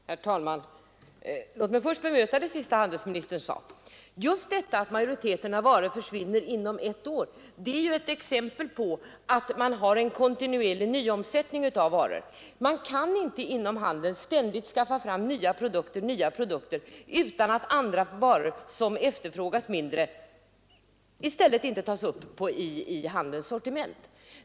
Herr talman! Låt mig först bemöta det senaste som handelsministern sade! Just detta att majoriteten av varor försvinner inom ett år är ju ett exempel på att man har en kontinuerlig nyomsättning av varor. Man kan inte inom handeln ständigt skaffa fram nya produkter utan att andra varor, som efterfrågas mindre, i stället faller ut ur sortimentet.